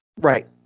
Right